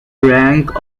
rank